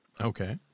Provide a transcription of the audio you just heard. Okay